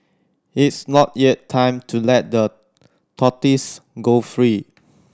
it's not yet time to let the tortoises go free